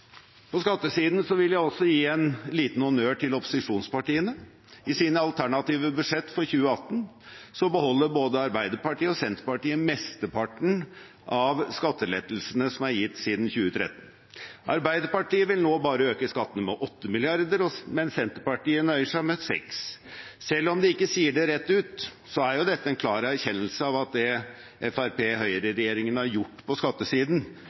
På skattesiden vil jeg også gi en liten honnør til opposisjonspartiene. I sine alternative budsjett for 2018 beholder både Arbeiderpartiet og Senterpartiet mesteparten av skattelettelsene som er gitt siden 2013. Arbeiderpartiet vil nå bare øke skattene med 8 mrd. kr, mens Senterpartiet nøyer seg med 6 mrd. kr. Selv om de ikke sier det rett ut, er jo dette en klar erkjennelse av at det Høyre–Fremskrittsparti-regjeringen har gjort på skattesiden,